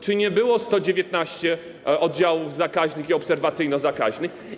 Czy nie było 119 oddziałów zakaźnych i obserwacyjno-zakaźnych?